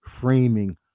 framing